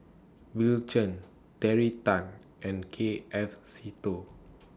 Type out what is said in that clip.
Bill Chen Terry Tan and K F Seetoh